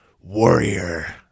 Warrior